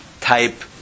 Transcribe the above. type